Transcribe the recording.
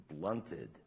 blunted